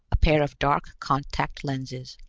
a pair of dark contact lenses.